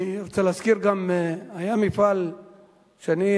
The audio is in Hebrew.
אני רוצה גם להזכיר, היה מפעל "שטיחי כרמל".